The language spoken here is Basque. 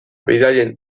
bidaien